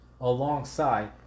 alongside